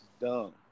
Dumb